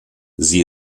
sie